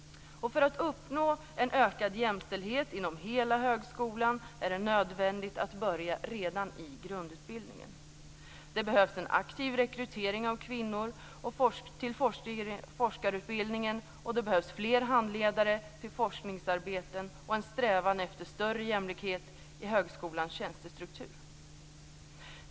För att uppnå en ökad jämställdhet inom hela högskolan är det nödvändigt att börja redan i grundutbildningen. Det behövs en aktiv rekrytering av kvinnor till forskarutbildningen, fler handledare till forskningsarbeten och en strävan efter större jämlikhet i högskolans tjänstestruktur.